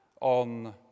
on